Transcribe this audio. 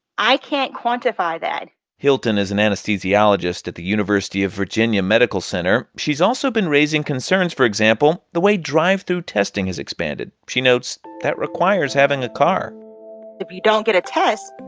i can't quantify that hilton is an anesthesiologist at the university of virginia medical center. she's also been raising concerns for example, the way drive-through testing has expanded. she notes, that requires having a car if you don't get a test,